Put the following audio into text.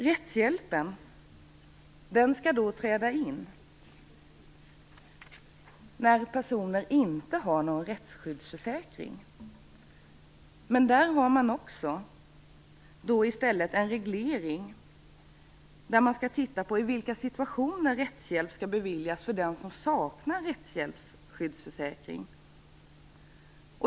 Rättshjälpen skall träda in när personer inte har någon rättsskyddsförsäkring. Men i stället har man en reglering som innebär att man skall titta närmare på i vilka situationer rättshjälp skall beviljas för den som saknar rättshjälpsskyddsförsäkring.